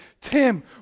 Tim